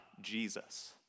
Jesus